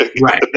Right